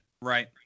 Right